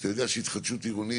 אתם יודעים שהתחדשות עירונית,